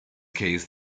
case